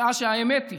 שעה שהאמת היא